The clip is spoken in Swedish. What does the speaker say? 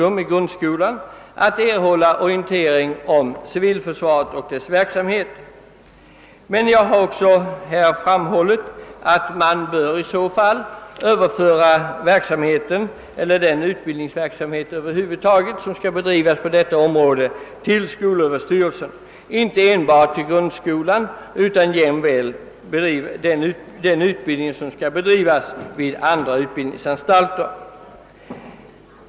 Det är av betydelse att orientering om civilförsvarets verksamhet även i fortsättningen ges åt skolungdom i grundskolan. Men jag vill understryka att utbildningsverksamheten bör överföras till skolöverstyrelsen. Det gäller inte enbart för grundskolan, utan det gäller även den utbildning som skall bedrivas vid andra utbildningsanstalter.